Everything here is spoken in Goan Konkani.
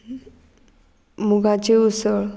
मुगाचे उसळ